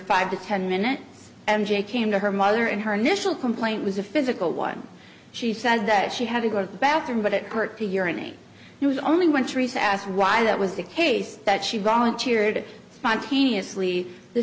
five to ten minutes m j came to her mother and her initial complaint was a physical one she says that she had to go to the bathroom but it hurt me it was only when trees asked why that was the case that she volunteered spontaneously the